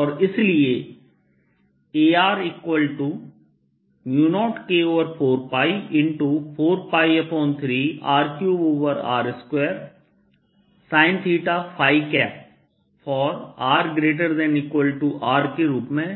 और इसीलिए Ar0K4π4π3 R3r2sinθ r≥R के रूप में